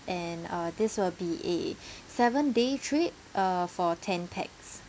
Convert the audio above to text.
and uh this will be a seven day trip uh for ten pax